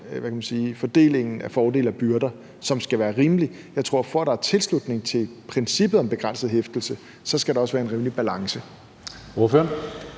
fordelingen af fordele og byrder, som skal være rimelig. Jeg tror, at for at der er tilslutning til princippet om begrænset hæftelse, skal der også være en rimelig balance.